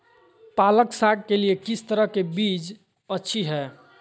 पालक साग के लिए किस तरह के बीज अच्छी है?